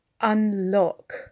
unlock